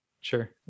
Sure